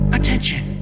Attention